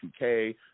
2K